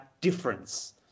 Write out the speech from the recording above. difference